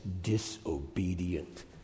disobedient